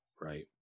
right